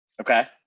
Okay